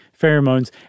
pheromones